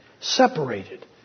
separated